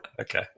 Okay